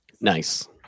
Nice